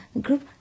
group